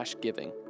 giving